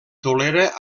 tolera